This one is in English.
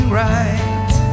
right